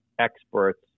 experts